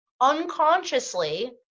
unconsciously